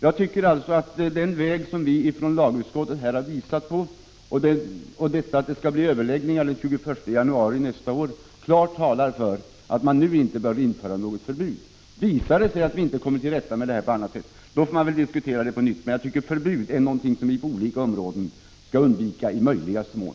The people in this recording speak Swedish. Jag tycker alltså att den väg som lagutskottet har visat på och det förhållandet att det skall bli överläggningar i frågan den 21 januari nästa år klart talar för att det nu inte bör införas något förbud. Visar det sig att vi inte kommer till rätta med det här på annat sätt, får man diskutera saken på nytt. Men jag tycker att förbud är någonting som vi på olika områden skall undvika i möjligaste mån.